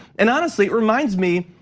and honestly, it reminds me,